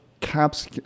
Caps